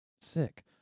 sick